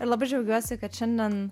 ir labai džiaugiuosi kad šiandien